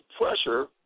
pressure